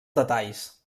detalls